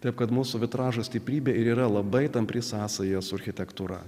taip kad mūsų vitražo stiprybė ir yra labai tampri sąsaja su architektūra